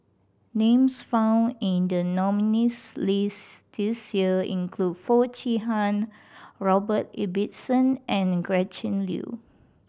names found in the nominees' list this year include Foo Chee Han Robert Ibbetson and Gretchen Liu